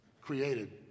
created